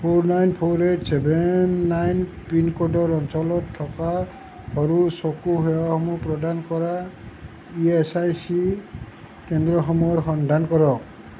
four nine four eight seven nine পিনক'ডৰ অঞ্চলত থকা সৰু চকু সেৱাসমূহ প্ৰদান কৰা ই এচ আই চি কেন্দ্ৰসমূহৰ সন্ধান কৰক